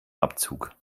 abzug